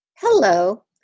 Hello